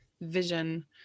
vision